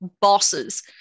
bosses